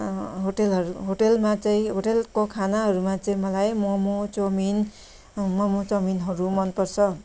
होटेलहरू होटेलमा चाहिँ होटेलको खानाहरूमा चाहिँ मलाई मोमो चौमिन मोमो चौमिनहरू मनपर्छ